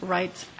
Rights